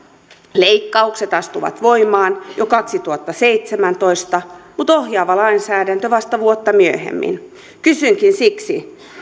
leikkaukset astuvat voimaan jo kaksituhattaseitsemäntoista mutta ohjaava lainsäädäntö vasta vuotta myöhemmin kysynkin siksi